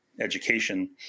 education